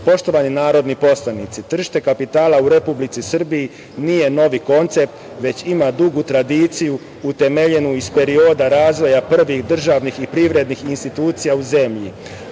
19.Poštovani narodni poslanici, tržište kapitala u Republici Srbiji nije novi koncept, već ima dugu tradiciju utemeljenu iz perioda razvoja prvih državnih i privrednih institucija u zemlji. Dositej